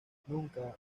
nunca